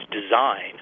design